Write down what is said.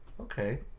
Okay